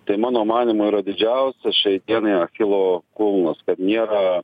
tai mano manymu yra didžiausias šiai dienai achilo kulnas kad niera